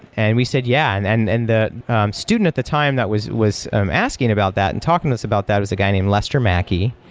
and we said yeah, and and and the student at the time that was was um asking about that and talking to us about that was a guy named lester mackey,